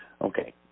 Okay